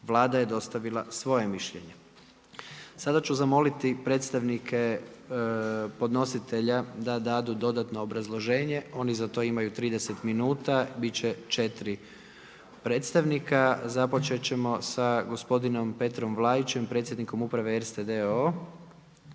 Vlada je dostavila svoje mišljenje. Sada ću zamoliti predstavnika podnositelja da dadu dodatno obrazloženje. Oni za to imaju 30 minuta. Biti će 4 predstavnika. Započeti ćemo sa gospodinom Petrom Vlaićem, predsjednikom uprave ERSTE